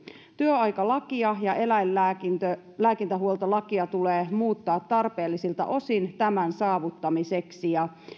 työaikalakia ja eläinlääkintähuoltolakia tulee muuttaa tarpeellisilta osin tämän saavuttamiseksi